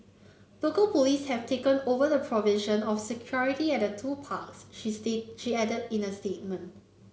local police have taken over the provision of security at the two parks she state she added in a statement